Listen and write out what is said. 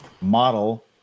model